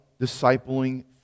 discipling